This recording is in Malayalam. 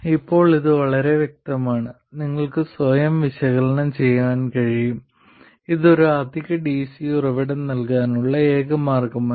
ഇപ്പോൾ ഇത് വളരെ വ്യക്തമാണ് നിങ്ങൾക്ക് സ്വയം വിശകലനം ചെയ്യാൻ കഴിയും ഇത് ഒരു അധിക ഡിസി ഉറവിടം നൽകാനുള്ള ഏക മാർഗമല്ല